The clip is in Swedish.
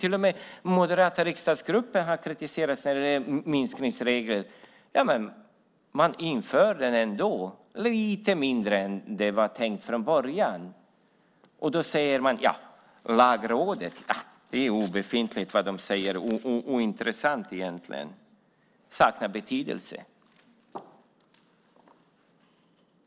Till och med den moderata riksdagsgruppen har kritiserat minskningsregeln. Man inför den ändå, lite mindre än det var tänkt från början. Då hävdar man att det Lagrådet säger är oegentligt och ointressant. Det saknar betydelse.